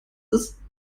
ist